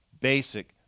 basic